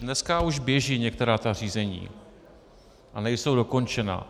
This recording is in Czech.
Dneska už běží některá ta řízení a nejsou dokončena.